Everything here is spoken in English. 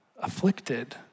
Afflicted